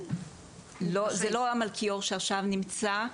הוא --- זה לא המלכיאור שעכשיו נמצא.